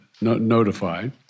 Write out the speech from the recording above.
notified